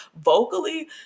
vocally